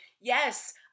Yes